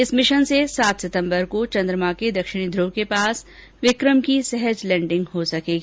इस मिशन से सात सितम्बर को चंद्रमा के दक्षिणी ध्रव के पास विक्रम की सहज लैंडिंग हो सकेगी